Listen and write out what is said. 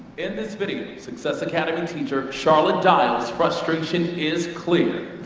in this video, success academy teacher charlotte dial's frustration is clear.